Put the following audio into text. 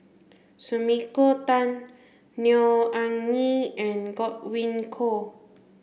Sumiko Tan Neo Anngee and Godwin Koay